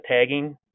tagging